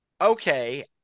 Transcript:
Okay